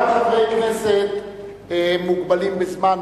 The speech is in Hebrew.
גם חברי כנסת מוגבלים בזמן,